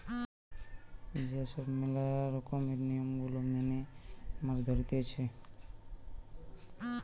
যে সব ম্যালা রকমের নিয়ম গুলা মেনে মাছ ধরতিছে